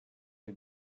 you